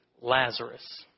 Lazarus